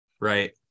right